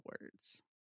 words